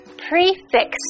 prefix